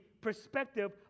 perspective